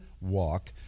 Walk